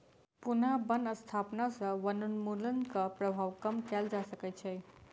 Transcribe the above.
पुनः बन स्थापना सॅ वनोन्मूलनक प्रभाव कम कएल जा सकै छै